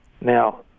Now